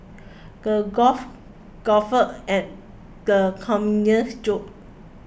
the golf guffawed at the comedian's jokes